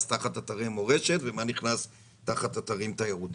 תחת אתרי מורשת ומה נכנס תחת אתרים תיירותיים.